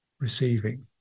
receiving